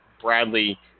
Bradley